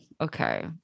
Okay